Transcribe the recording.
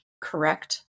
correct